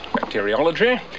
bacteriology